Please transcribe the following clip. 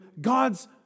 god's